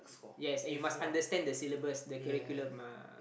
yes and you must understand the syllabus the curriculum